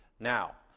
now.